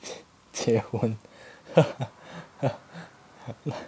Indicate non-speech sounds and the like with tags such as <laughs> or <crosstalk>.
<laughs> 结婚 <laughs>